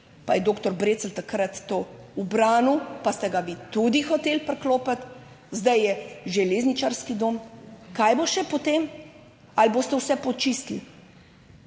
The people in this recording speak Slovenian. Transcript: pa je doktor Brecelj takrat to ubranil, pa ste ga vi tudi hoteli priklopiti, zdaj je Železničarski dom. Kaj bo še potem? Ali boste vse počistili?